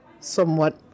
Somewhat